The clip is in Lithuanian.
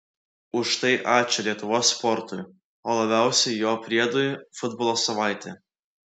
už tai ačiū lietuvos sportui o labiausiai jo priedui futbolo savaitė